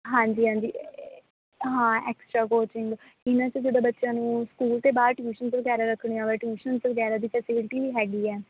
ਹਾਂਜੀ ਹਾਂਜੀ ਹਾਂ ਐਕਸਟਰਾ ਕੋਚਿੰਗ ਇਹਨਾਂ 'ਚ ਜਦੋਂ ਬੱਚਿਆਂ ਨੂੰ ਸਕੂਲ ਤੇ ਬਾਹਰ ਟਿਊਸ਼ਨ ਵਗੈਰਾ ਰੱਖਣੀ ਹੋਵੇ ਟਿਊਸ਼ਨਸ ਵਗੈਰਾ ਦੀ ਫੈਸਿਲਟੀ ਵੀ ਹੈਗੀ ਹੈ